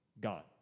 God